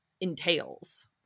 entails